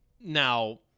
now